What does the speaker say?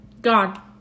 God